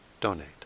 donate